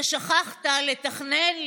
ששכחת לתכנן,